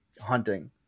hunting